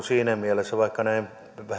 siinä mielessä vaikka vähän suppealla väellä tätä